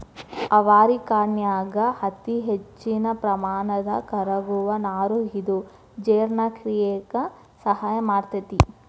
ಅವರಿಕಾಯನ್ಯಾಗ ಅತಿಹೆಚ್ಚಿನ ಪ್ರಮಾಣದ ಕರಗುವ ನಾರು ಇದ್ದು ಜೇರ್ಣಕ್ರಿಯೆಕ ಸಹಾಯ ಮಾಡ್ತೆತಿ